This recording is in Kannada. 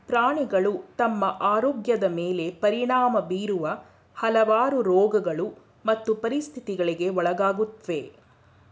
ಪ್ರಾಣಿಗಳು ತಮ್ಮ ಆರೋಗ್ಯದ್ ಮೇಲೆ ಪರಿಣಾಮ ಬೀರುವ ಹಲವಾರು ರೋಗಗಳು ಮತ್ತು ಪರಿಸ್ಥಿತಿಗಳಿಗೆ ಒಳಗಾಗುತ್ವೆ